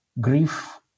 Grief